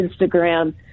Instagram